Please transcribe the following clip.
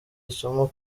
isomo